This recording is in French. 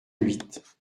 huit